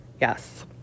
Yes